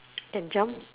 can jump